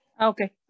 Okay